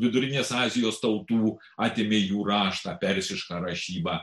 vidurinės azijos tautų atėmė jų raštą persišką rašybą